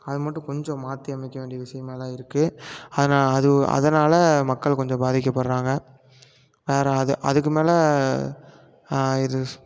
அது மட்டும் கொஞ்சம் மாற்றி அமைக்க வேண்டிய விஷயமாக் தான் இருக்குது அது நான் அது ஓ அதனாலே மக்கள் கொஞ்சம் பாதிக்கப்படுகிறாங்க வேறு அது அதுக்கு மேலே இரு